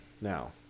now